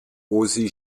osi